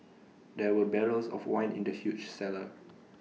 there were barrels of wine in the huge cellar